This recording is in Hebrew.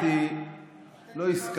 שמעתי את הדברים, לא הסכמתי.